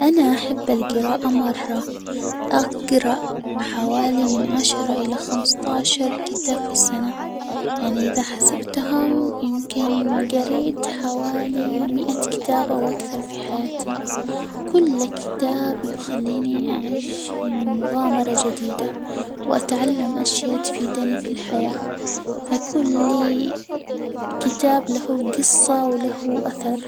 أنا أحب الجراءة مرّة، أجرأ حوالي من عشرة إلى خمسة عشر كتاب في السنة، يعني إذا حسبتهم يمكن جرأت حوالي مائة كتاب أو أكثر في حياتي، كل كتاب يخلّيني أعيش مغامرة جديدة وأتعلّم أشياء تفيدني في الحياة، فكل كتاب له جصة وله أثر.